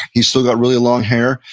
he's still got really long hair.